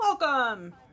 Welcome